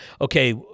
Okay